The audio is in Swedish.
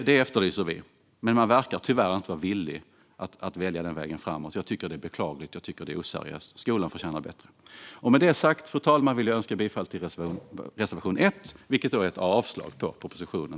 Det efterlyser vi. Men man verkar tyvärr inte vara villig att välja den vägen framåt. Det är beklagligt och oseriöst. Skolan förtjänar bättre. Fru talman! Med det sagt yrkar jag bifall till utskottets förslag i betänkandet, vilket innebär avslag på propositionen.